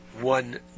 one